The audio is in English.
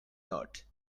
not